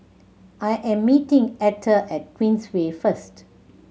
I am meeting Etter at Queensway first